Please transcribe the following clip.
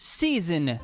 season